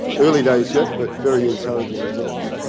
early days yet but very encouraging results.